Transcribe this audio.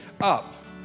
up